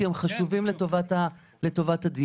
כי הם חשובים לטובת הדיון.